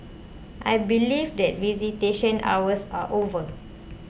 I believe that visitation hours are over